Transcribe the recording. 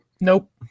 Nope